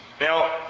Now